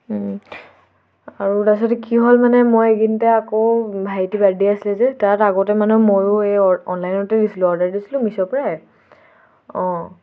আৰু তাৰছতে কি হ'ল মানে মই এইকেইদিনতে আকৌ ভাইটিৰ বাৰ্থডে' আছিলে যে তাত আগতে মানে ময়ো এই অনলাইনতে দিছিলোঁ অৰ্ডাৰ দিছিলোঁ মিছ' পৰাই অঁ